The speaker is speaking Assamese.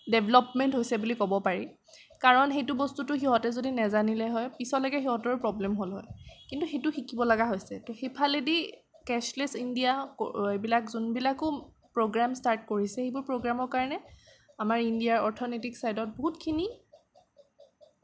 ডেভেলপমেন্ট হৈছে বুলি ক'ব পাৰি কাৰণ সেইটো বস্তুতো সিহঁতে যদি নেজানিলে হয় পিছলৈকে সিহঁতৰ প্ৰব্লেম হ'ল হয় কিন্তু সেইটো শিকিব লগা হৈছে ত' সেইফালেদি কেছলেছ্ ইণ্ডিয়া এইবিলাক যোনবিলাকো প্ৰগ্ৰাম ষ্টাৰ্ট কৰিছে সেইবোৰ প্ৰগ্ৰামৰ কাৰণে আমাৰ ইণ্ডিয়াৰ অৰ্থনীতিক ছাইদত বহুতখিনি